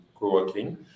co-working